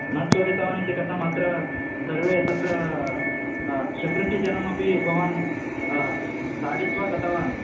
न चोरितवान् इति कथं अत्र सर्वे तत्र सेक्युरिटि जनामपि भवान् ताडित्वा गतवान्